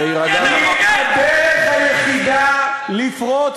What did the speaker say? אבל הדרך היחידה לפרוץ